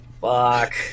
Fuck